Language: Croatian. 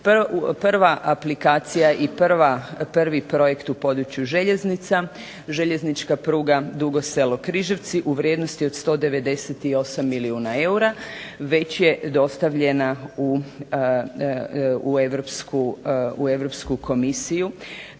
Prva aplikacija i prvi projekt u području željeznica – Željeznička pruga Dugo Selo-Križevci u vrijednosti od 198 milijuna eura već je dostavljena u Europsku komisiju